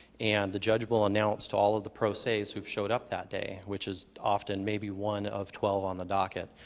and the judge will announce to all of the pro ses who have showed up that day, which is often maybe one of twelve on the docket,